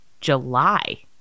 July